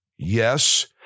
Yes